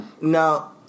Now